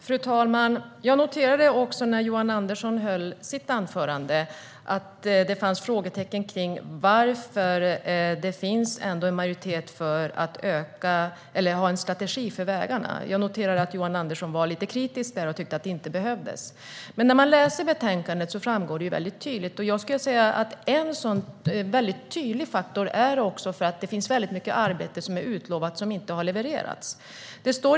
Fru talman! Jag noterade också när Johan Andersson höll sitt anförande att det fanns frågetecken om varför det finns en majoritet för att ta fram en strategi för vägarna. Jag noterade att Johan Andersson var lite kritisk och tyckte att det inte behövdes. I betänkandet framgår det tydligt att mycket arbete har utlovats men inte levererats.